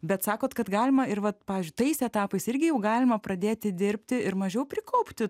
bet sakot kad galima ir vat pavyzdžiui tais etapais irgi jau galima pradėti dirbti ir mažiau prikaupti